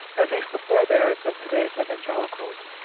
at least the forebears of today's evangelicals.